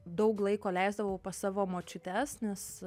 daug laiko leisdavau pas savo močiutes nes